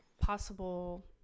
possible